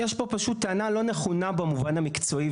יש פה פשוט טענה לא נכונה במובן המקצועי.